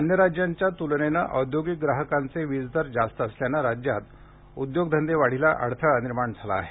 अन्य राज्याच्या त्लनेने औद्योगिक ग्राहकांचे वीज दर जास्त असल्यानं राज्यात उद्योगधंदे वाढीस अडथळा निर्माण झाला आहे